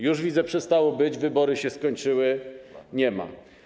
Już, widzę, przestało takie być, wybory się skończyły, nie ma.